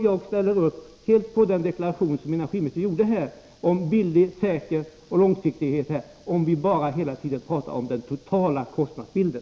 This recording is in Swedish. Jag ställer mig helt bakom den deklaration som energiministern gjorde om billighet, säkerhet och långsiktighet, så länge vi bara talar om den totala kostnadsbilden.